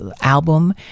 album